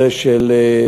אירועי